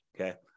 Okay